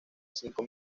cinco